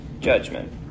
judgment